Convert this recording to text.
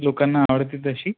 लोकांना आवडते तशी